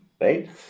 right